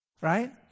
right